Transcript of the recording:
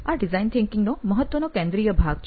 આ design thinking નો મહત્વનો કેન્દ્રીય ભાગ છે